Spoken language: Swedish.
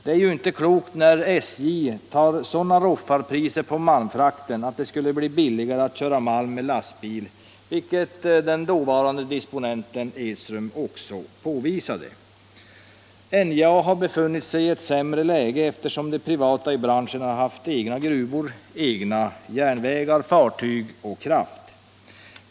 Det är ju inte klokt när SJ tar sådana roffarpriser för malmfrakten att det skulle bli billigare att köra malm med lastbil, vilket den dåvarande disponenten Edström också påvisade. NJA har befunnit sig i ett sämre läge, eftersom de privata i branschen har haft egna gruvor, egna järnvägar, egna fartyg och egen kraft.